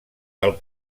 del